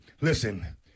listen